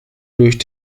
durch